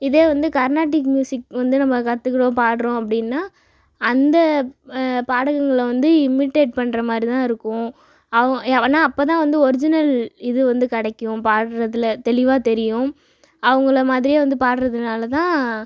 இதே வந்து Carnatic music வந்து நம்ம கத்துகிறோம் பாடுகிறோம் அப்படின்னா அந்த பாடகர்கள் வந்து இமிடெட் பண்ணுற மாதிரி தான் இருக்கும் அவங்க ஏன்னால் அப்போத்தான் ஒரிஜினல் இது வந்து கிடைக்கும் பாடுறதில் தெளிவாக தெரியும் அவங்கள மாதிரியே வந்து பாடுறதுனால் தான்